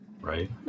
Right